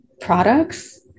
products